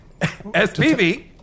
SPV